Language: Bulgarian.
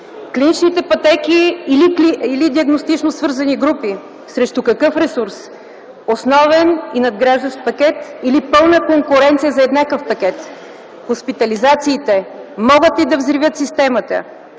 „Клиничните пътеки или диагностично свързани групи – срещу какъв ресурс?”, „Основен и надграждащ пакет или пълна конкуренция за еднакъв пакет?”, „Хоспитализациите могат ли да взривят системата?”,